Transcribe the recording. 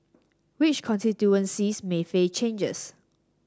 which constituencies may face changes